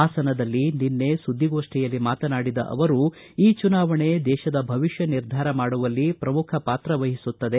ಹಾಸನದಲ್ಲಿ ನಿನ್ನೆ ಸುದ್ದಿಗೋಷ್ಟಿಯಲ್ಲಿ ಮಾತನಾಡಿದ ಅವರು ಈ ಚುನಾವಣೆ ದೇಶದ ಭವಿಷ್ಯ ನಿರ್ಧಾರ ಮಾಡುವಲ್ಲಿ ಪ್ರಮುಖಿ ಪಾತ್ರ ವಹಿಸುತ್ತದೆ